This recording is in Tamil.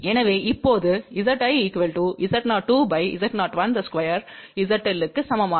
எனவே இப்போது Z¿ Z02Z012ZL க்கு சமமான சொல்